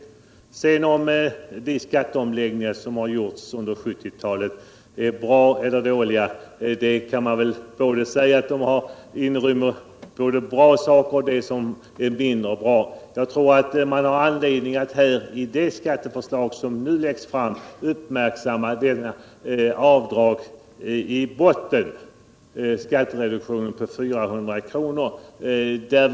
Erik Wärnberg frågade slutligen om de skatteomläggningar som gjorts under 1970-talet har varit bra eller dåliga. Jag kan väl svara att de har innehållit både bra och mindre bra saker. I det skatteförslag som nu läggs fram anser jag man har anledning uppmärksamma skattereduktionen på 400 kr.